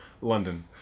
London